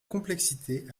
complexité